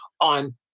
on